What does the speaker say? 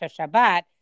Shabbat